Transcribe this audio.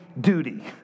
duty